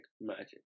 magic